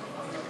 2)